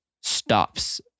Stops